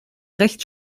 recht